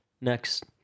next